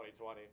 2020